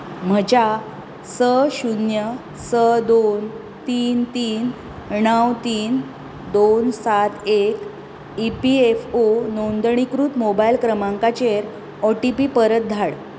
म्हज्या स शून्य स दोन तीन तीन णव तीन दोन सात एक ई पी एफ ओ नोंदणीकृत मोबायल क्रमांकाचेर ओ टी पी परत धाड